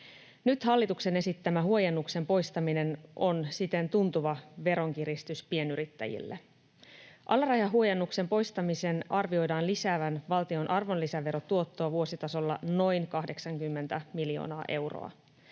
Nyt hallituksen esittämä huojennuksen poistaminen on siten tuntuva veronkiristys pienyrittäjille. Alarajahuojennuksen poistamisen arvioidaan lisäävän valtion arvonlisäverotuottoa vuositasolla noin 80 miljoonaa euroa.